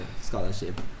scholarship